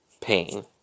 pain